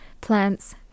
plants